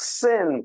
sin